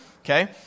okay